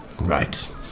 Right